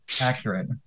accurate